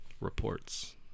reports